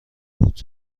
بود